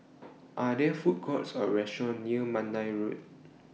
Are There Food Courts Or Restaurant near Mandai Road